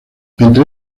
entre